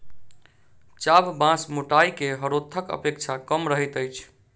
चाभ बाँस मोटाइ मे हरोथक अपेक्षा कम रहैत अछि